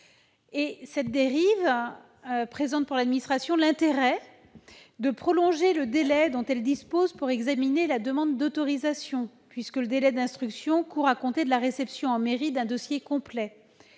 Cette dérive présente pour l'administration l'intérêt de prolonger le délai dont elle dispose pour examiner la demande d'autorisation, puisque le délai d'instruction court à compter de la réception en mairie d'un dossier complet.